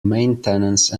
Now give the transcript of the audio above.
maintenance